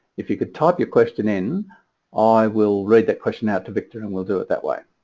if you could type your question in i will read that question out to victor and we'll do it that way.